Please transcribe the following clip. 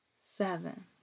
seven